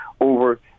over